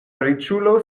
riĉulo